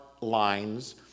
lines